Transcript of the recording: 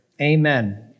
Amen